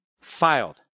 filed